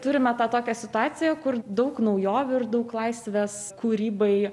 turime tą tokią situaciją kur daug naujovių ir daug laisvės kūrybai